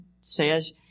says